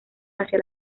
hacia